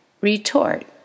retort